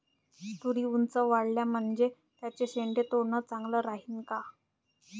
तुरी ऊंच वाढल्या म्हनजे त्याचे शेंडे तोडनं चांगलं राहीन का?